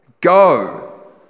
go